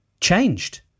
changed